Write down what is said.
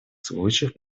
случаев